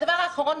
הדבר האחרון,